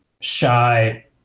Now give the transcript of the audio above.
shy